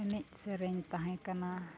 ᱮᱱᱮᱡ ᱥᱮᱨᱮᱧ ᱛᱟᱦᱮᱸ ᱠᱟᱱᱟ